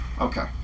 Okay